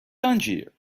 tangier